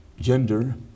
gender